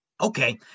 Okay